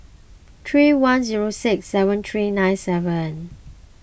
three one zero six seven three nine seven